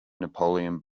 napoleon